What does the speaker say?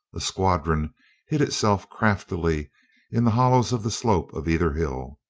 a squadron hid itself craftily in the hollows of the slope of either hill.